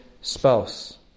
spouse